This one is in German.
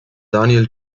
daniel